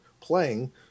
playing